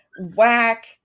whack